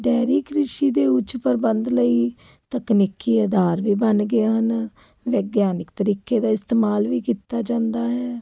dairy ਕ੍ਰਿਸ਼ੀ ਦੇ ਉੱਚ ਪ੍ਰਬੰਧ ਲਈ ਤਕਨੀਕੀ ਆਧਾਰ ਵੀ ਬਣ ਗਏ ਹਨ ਵਿਗਿਆਨਿਕ ਤਰੀਕੇ ਦਾ ਇਸਤੇਮਾਲ ਵੀ ਕੀਤਾ ਜਾਂਦਾ ਹੈ